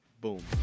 Boom